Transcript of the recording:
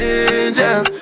angel